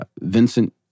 Vincent